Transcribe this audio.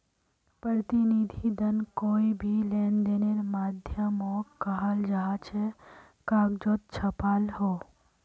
प्रतिनिधि धन कोए भी लेंदेनेर माध्यामोक कहाल जाहा जे कगजोत छापाल हो